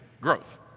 growth